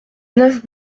neuf